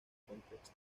contexto